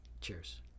Cheers